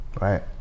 right